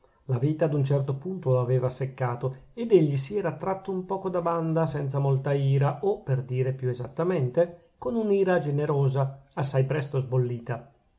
la vita ad un certo punto lo aveva seccato ed egli si era tratto un poco da banda senza molta ira o per dire più esattamente con un'ira generosa assai presto sbollita